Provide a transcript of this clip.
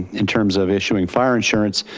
in terms of issuing fire insurance.